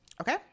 okay